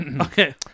Okay